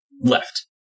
Left